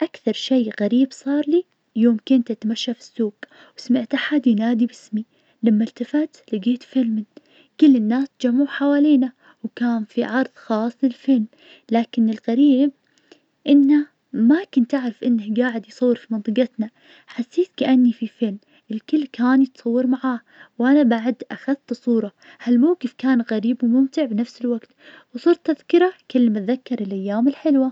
أكثر شي غريب صار لي, يوم كنت اتمشى في السوق, وسمعت احد ينادي باسمي, لما ارتفعت لقيت فيلم, وكل الناس اتجمعوا حوالينا, وكان في عرض خاص للفيلم, لكن الغريب, إنه ما كنت أعرف إنه جاعد يصور في منطقتنا, حسيت كأني في فيلم الكل كان يتصور معاه, وأنا بعد أخذت صورة, هل موقف كان غريب وممتع بنفس الوقت, وصرت اذكره كل ما أتذكر الأيام الحلوة.